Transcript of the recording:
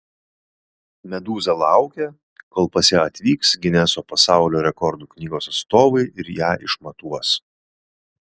medūza laukia kol pas ją atvyks gineso pasaulio rekordų knygos atstovai ir ją išmatuos